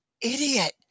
idiot